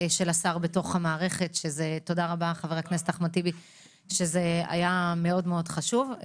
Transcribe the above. של השר בתוך המערכת, שזה היה מאוד מאוד חשוב.